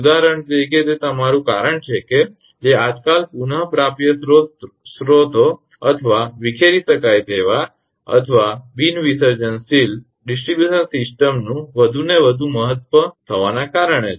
ઉદાહરણ તરીકે તે તમારું કારણ છે કે જે આજકાલ પુનપ્રાપ્ય સ્ત્રોતો અથવા વિખેરી શકાય તેવા અથવા બિન વિસર્જનશીલ ડીજી ડીસ્ટીબ્યુશન સિસ્ટમનું વધુને વધુ મહત્વ થવાના કારણે છે